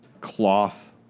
cloth